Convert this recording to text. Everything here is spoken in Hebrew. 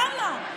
למה?